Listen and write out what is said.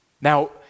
Now